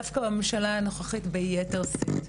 דווקא בממשלה הנוכחית ביתר שאת,